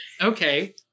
Okay